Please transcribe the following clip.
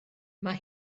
mae